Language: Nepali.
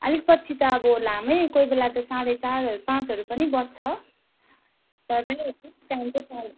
आलिक पछि त अब लामै कोही बेला त साँढे चार पाँचहरू पनि बज्छ तर पनि फिक्स टाइम चाहिँ चार